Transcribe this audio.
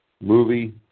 movie